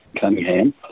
Cunningham